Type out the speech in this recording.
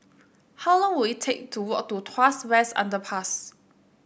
how long will it take to walk to Tuas West Underpass